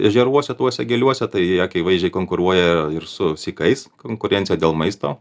ežeruose tuose giliuose tai akivaizdžiai konkuruoja ir su sykais konkurencija dėl maisto